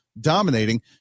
dominating